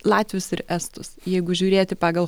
latvius ir estus jeigu žiūrėti pagal